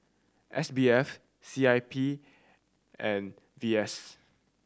S B F C I P and V S